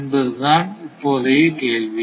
என்பது தான் இப்போதைய கேள்வி